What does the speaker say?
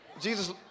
Jesus